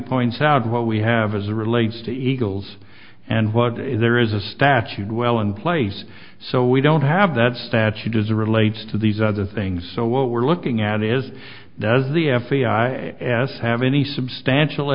points out what we have as relates to eagles and what is there is a statute well in place so we don't have that statute does relates to these other things so what we're looking at is does the f e i s have any substantial